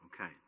Okay